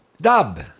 Dub